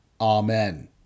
Amen